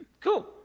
Cool